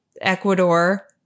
Ecuador